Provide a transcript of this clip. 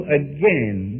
again